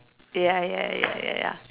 ya ya ya ya ya